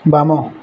ବାମ